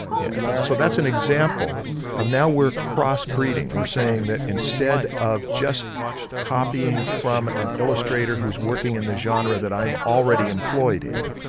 so, that's an example of now we're crossbreeding, we're saying that instead of just copying from an illustrator who's working in the genre that i'm already employed in,